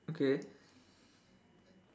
okay